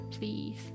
please